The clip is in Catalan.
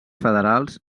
federals